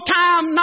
time